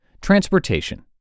Transportation